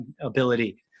ability